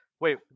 Wait